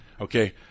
Okay